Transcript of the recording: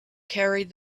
carried